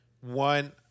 One